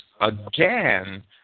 again